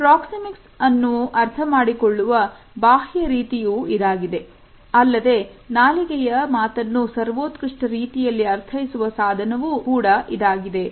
proxemics ಅನ್ನೋ ಅರ್ಥಮಾಡಿಕೊಳ್ಳುವ ಬಾಹ್ಯ ರೀತಿಯೂ ಇದಾಗಿದೆ ಅಲ್ಲದೆ ನಾಲಿಗೆಯ ಮಾತನ್ನು ಸರ್ವೋತ್ಕೃಷ್ಟ ರೀತಿಯಲ್ಲಿ ಅರ್ಥೈಸುವ ಸಾಧನವು ಕೂಡಾ ಇದಾಗಿದೆ